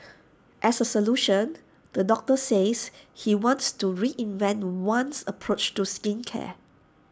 as A solution the doctor says he wants to reinvent one's approach to skincare